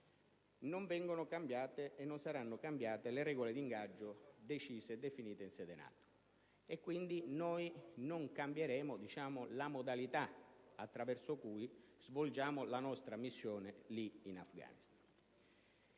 non vengono e non saranno cambiate le regole d'ingaggio decise e definite in sede NATO, e quindi noi non cambieremo la modalità attraverso cui svolgiamo la nostra missione in Afghanistan.